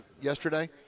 yesterday